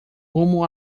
rumo